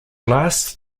lasts